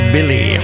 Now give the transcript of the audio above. Billy